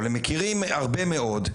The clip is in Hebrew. אבל הם מכירים הרבה מאוד.